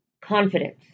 confidence